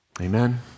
Amen